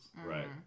Right